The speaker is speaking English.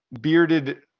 bearded